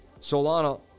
Solana